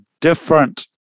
different